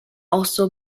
also